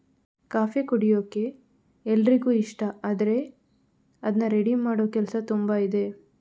coffee ಕುಡಿಯೋಕೆ ಎಲ್ರಿಗೂ ಇಷ್ಟ ಆದ್ರೆ ಅದ್ನ ರೆಡಿ ಮಾಡೋ ಕೆಲಸ ತುಂಬಾ ಇದೆ